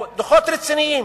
דוחות רציניים,